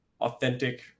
authentic